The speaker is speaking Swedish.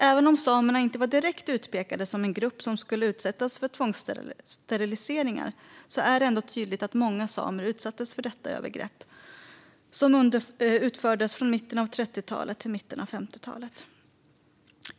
Även om samerna inte var direkt utpekade som en grupp som skulle utsättas för tvångssteriliseringar är det ändå tydligt att många samer utsattes för dessa övergrepp som utfördes från mitten av 30-talet till mitten av 50-talet.